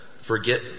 forget